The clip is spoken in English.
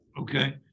Okay